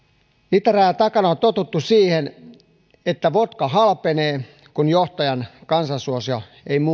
itärajan takana on on totuttu siihen että vodka halpenee kun johtajan kansansuosio ei